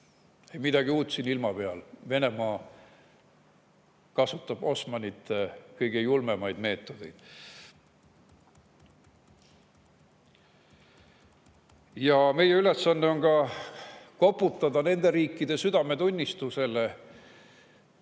midagi uut siin ilma peal. Venemaa kasutab Osmanite kõige julmemaid meetodeid. Meie ülesanne on ka koputada nende riikide südametunnistusele,